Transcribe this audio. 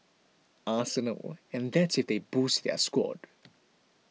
Arsenal and that's if they boost their squad